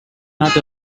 not